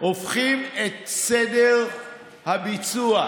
הופכים את סדר הביצוע.